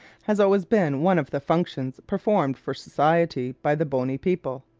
has always been one of the functions performed for society by the bony people.